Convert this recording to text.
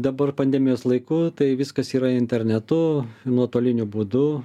dabar pandemijos laiku tai viskas yra internetu nuotoliniu būdu